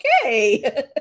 okay